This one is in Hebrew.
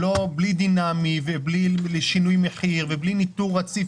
בלי דינמיות ובלי שינוי מחיר ובלי ניטור רציף